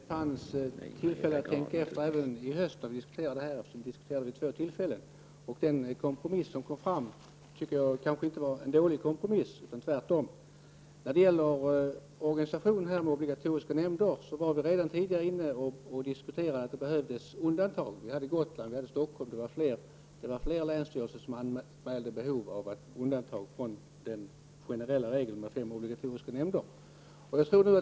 Herr talman! Det fanns tid till att tänka efter även i höstas då vi vid två tillfällen diskuterade detta. Den kompromiss som träffades var kanske inte en dålig kompromiss, tvärtom. När det gäller organisationen med obligatoriska nämnder var vi redan tidigare inne på att det behövs undantag. Gotland, Stockholm och flera andra länsstyrelser anmälde behov av att bli undantagna från den generella regeln med fem obligatoriska nämnder.